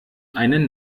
einen